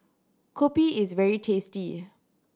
kopi is very tasty